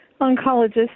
oncologist